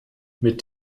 mit